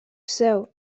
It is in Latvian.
sev